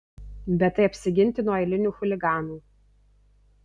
bet tai apsiginti nuo eilinių chuliganų